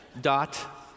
dot